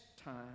time